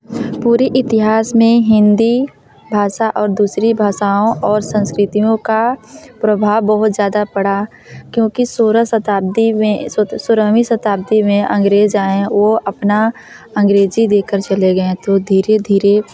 पूरे इतिहास में हिंदी भाषा और दूसरी भाषाओं और संस्कृतियों का प्रभाव बहुत ज़्यादा पड़ा क्योंकि सोलह शताब्दी में सोलहवीं शताब्दी में अंग्रेज़ आए वो अपना अंग्रेज़ी देकर चले गए तो धीरे धीरे